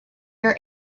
your